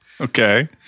Okay